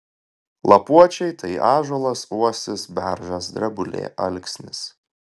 lapuočiai tai ąžuolas uosis beržas drebulė alksnis